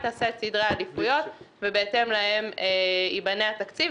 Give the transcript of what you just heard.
היא תקבע את סדרי העדיפויות ובהתאם להם ייבנה התקציב,